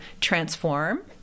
transform